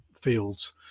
fields